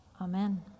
Amen